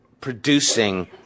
producing